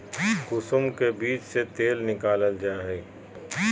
कुसुम के बीज से तेल निकालल जा हइ